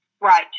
right